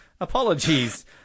apologies